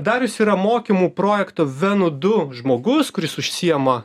darius yra mokymų projektų venų du žmogus kuris užsiima